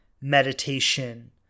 meditation